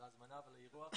ההזמנה ועל האירוח.